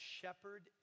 shepherd